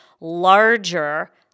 larger